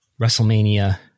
WrestleMania